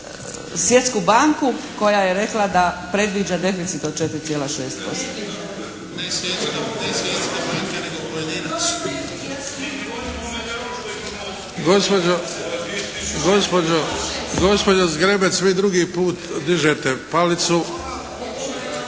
Svjetsku banku koja je rekla da predviđa deficit od 4,6%. **Bebić, Luka (HDZ)** Gospođo Zgrebec, vi drugi put dižete palicu